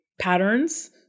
patterns